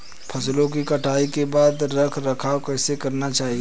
फसलों की कटाई के बाद रख रखाव कैसे करना चाहिये?